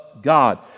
God